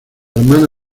hermana